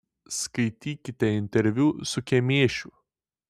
skaitykite interviu su kemėšiu